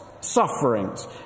sufferings